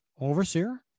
Overseer